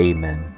Amen